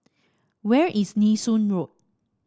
where is Nee Soon Road